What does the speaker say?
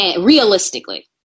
realistically